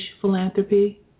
philanthropy